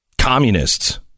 communists